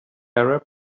arab